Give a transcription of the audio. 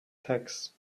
tacks